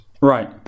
Right